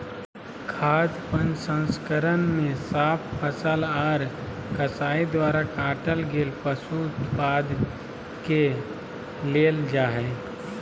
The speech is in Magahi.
खाद्य प्रसंस्करण मे साफ फसल आर कसाई द्वारा काटल गेल पशु उत्पाद के लेल जा हई